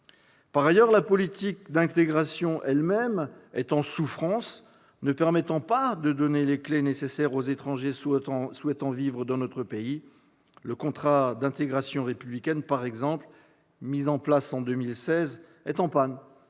Par ailleurs, la politique d'intégration elle-même est en souffrance, ne permettant pas de donner les clés nécessaires aux étrangers souhaitant vivre dans notre pays : le contrat d'intégration républicaine, par exemple, mis en place en 2016, est en panne